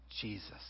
Jesus